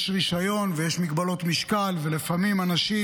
יש רישיון ויש מגבלות משקל, ולפעמים אנשים,